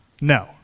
No